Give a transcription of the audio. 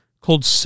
called